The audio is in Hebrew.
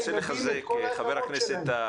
חבר הכנסת טאהא,